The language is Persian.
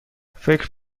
فکر